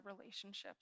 relationships